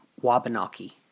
Wabanaki